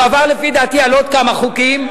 הוא עבר, לפי דעתי, על עוד כמה חוקים.